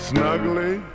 Snuggly